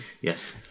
Yes